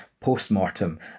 post-mortem